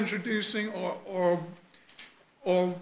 introducing or or or